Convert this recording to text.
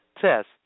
test